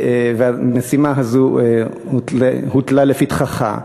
והמשימה הזאת הוטלה לפתחך.